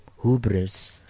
hubris